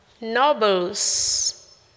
nobles